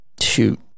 Shoot